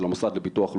של המוסד לביטוח לאומי,